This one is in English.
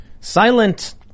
Silent